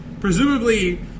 presumably